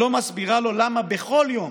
והיא לא מסבירה לו למה בכל יום